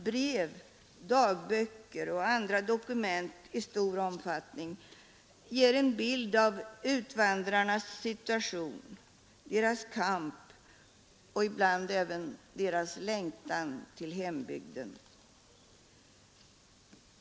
Brev, dagböcker och andra dokument i stor omfattning ger en bild av utvandrarnas situation, deras kamp och ibland även deras längtan till hembygden.